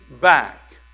back